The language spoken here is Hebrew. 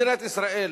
מדינת ישראל